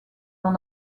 dans